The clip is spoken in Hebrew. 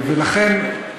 ולכן,